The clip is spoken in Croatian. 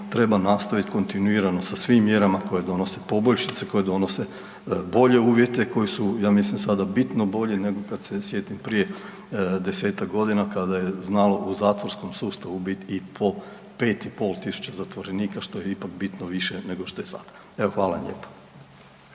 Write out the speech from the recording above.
treba nastaviti kontinuirano sa svim mjerama koje donose poboljšice, koje donose bolje uvjete koji su ja mislim sada bitno bolji nego kada se sjetim prije desetak godina kada je znalo u zatvorskom sustavu biti i po 5.500 zatvorenika što je ipak bitno više nego što je sada. Hvala vam lijepa.